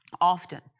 often